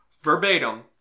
verbatim